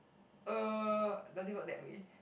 uh does it work that way